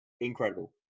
incredible